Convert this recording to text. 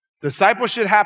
Discipleship